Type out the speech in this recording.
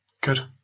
Good